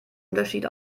unterschied